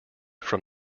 from